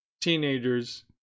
teenagers